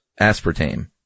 aspartame